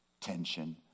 tension